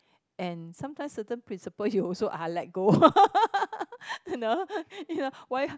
and sometimes certain principle you also ah let go you know you know why